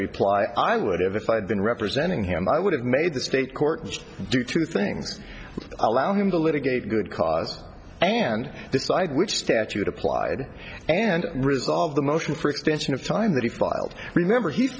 reply i would have if i had been representing him i would have made the state court do two things allow him to litigate good cause and decide which statute applied and resolve the motion for extension of time that he filed remember he's